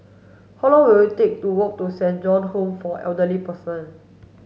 how long will it take to walk to Saint John Home for Elderly Persons